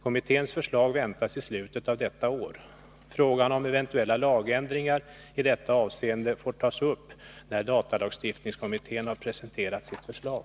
Kommitténs förslag väntas i slutet av detta år. Frågan om eventuella lagändringar i detta avseende får tas upp när DALK har presenterat sitt förslag.